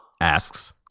asks